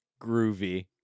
Groovy